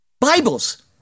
Bibles